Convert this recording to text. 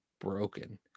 broken